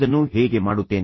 ಇದನ್ನು ಹೇಗೆ ಮಾಡುತ್ತೇನೆ